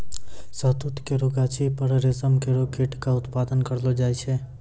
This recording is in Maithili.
शहतूत केरो गाछी पर रेशम केरो कीट क उत्पादन करलो जाय छै